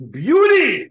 beauty